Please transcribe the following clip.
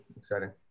exciting